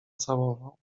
całował